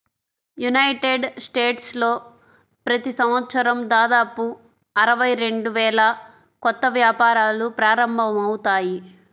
United స్టేట్స్లో ప్రతి సంవత్సరం దాదాపు అరవై రెండు వేల కొత్త వ్యాపారాలు ప్రారంభమవుతాయి